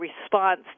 response